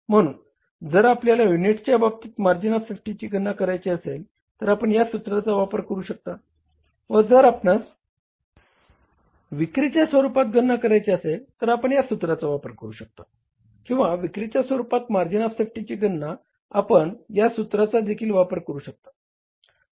म्हणून जर आपल्याला युनिट्सच्या बाबतीत मार्जिन ऑफ सेफ्टीची गणना करायची असेल तर आपण या सूत्राचा वापर करु शकता व जर आपणास विक्रीच्या स्वरूपात गणना करायची असेल तर आपण या सूत्राचा वापर करु शकता किंवा विक्रीच्या स्वरूपात मार्जिन ऑफ सेफ्टीची गणना आपण या सूत्राचा देखील वापर करु शकता